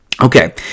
Okay